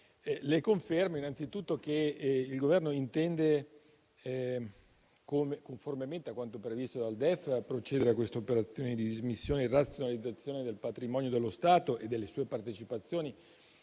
le confermo innanzitutto che il Governo intende, conformemente a quanto previsto dal DEF, procedere all'operazione di dismissione e razionalizzazione del patrimonio dello Stato e delle sue partecipazioni